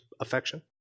affection